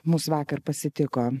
mus vakar pasitiko